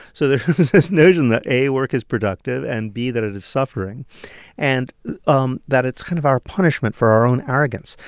so there's this this notion that, a, work is productive and, b, that it is suffering and um that it's kind of our punishment for our own arrogance.